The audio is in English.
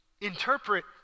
interpret